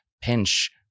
pinch